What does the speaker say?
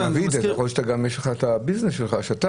יכול להיות שגם יש לך את העסק שלך.